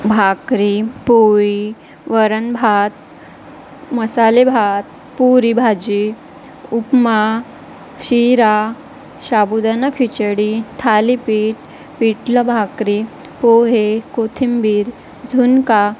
भाकरी पोळी वरणभात मसालेभात पुरीभाजी उपमा शिरा साबुदाणा खिचडी थालीपीठ पीठलं भाकरी पोहे कोथिंबीर झुणका